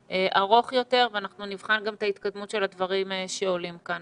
ארוך יותר ואנחנו גם נבחן את ההתקדמות של הדברים שעולים כאן,